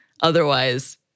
Otherwise